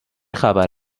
خبر